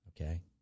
okay